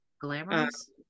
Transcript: Glamorous